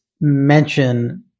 mention